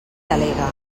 delegue